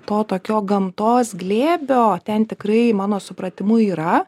to tokio gamtos glėbio ten tikrai mano supratimu yra